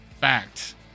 Fact